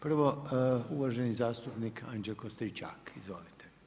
Prvo, uvaženi zastupnik Anđelko Stričak, izvolite.